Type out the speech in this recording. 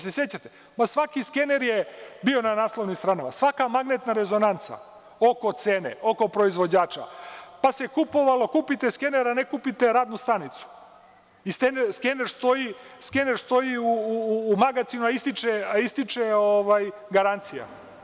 Svaki skener je bio na naslovnim stranama, svaka magnetna rezonanca, oko cene, oko proizvođača, pa se kupovalo, kupite skener, a ne kupite radnu stanicu, i skener stoji u magacinu, a ističe garancija.